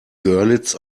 görlitz